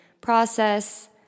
process